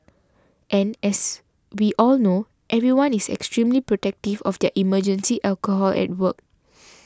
and as we all know everyone is extremely protective of their emergency alcohol at work